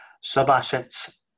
sub-assets